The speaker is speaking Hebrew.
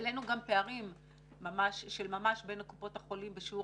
העלינו גם פערים בין קופות החולים בשיעור